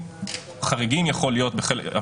אבל